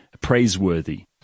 praiseworthy